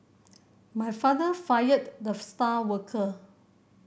my father fired the star worker